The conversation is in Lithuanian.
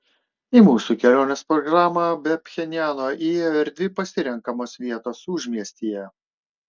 į mūsų kelionės programą be pchenjano įėjo ir dvi pasirenkamos vietos užmiestyje